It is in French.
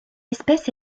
espèce